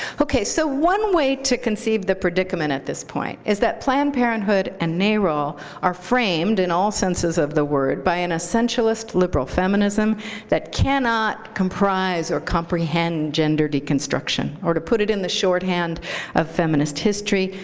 ok. so one way to conceive the predicament at this point is that planned parenthood and narol are framed, in all senses of the word, by an essentialist liberal feminism that cannot comprise or comprehend gender deconstruction, or, to put it in the shorthand of feminist history,